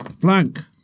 Blank